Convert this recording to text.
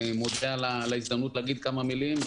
אני מודה על ההזדמנות להגיד כמה מילים.